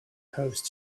post